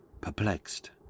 perplexed